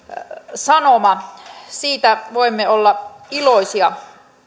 sanoma siitä voimme olla iloisia